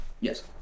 Yes